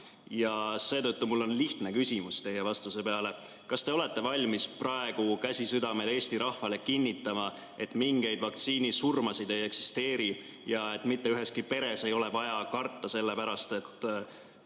Ja seetõttu mul on lihtne küsimus teie vastuse peale: kas te olete valmis praegu, käsi südamel, Eesti rahvale kinnitama, et mingeid vaktsiinisurmasid ei eksisteeri ja et mitte üheski peres ei ole vaja karta selle pärast, kui